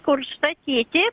kur statyti